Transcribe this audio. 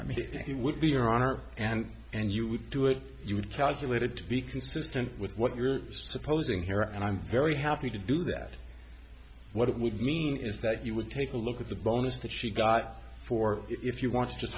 i mean he would be your honor and and you would do it you would calculate it to be consistent with what you're supposing here and i'm very happy to do that what it would mean is that you would take a look at the bonus that she got for if you want to just